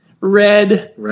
red